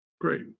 Great